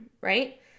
right